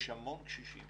יש המון קשישים